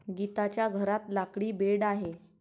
गीताच्या घरात लाकडी बेड आहे